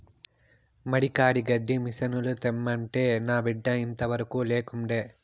మడి కాడి గడ్డి మిసనుల తెమ్మంటే నా బిడ్డ ఇంతవరకూ లేకుండే